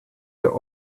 der